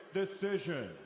decision